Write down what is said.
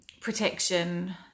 protection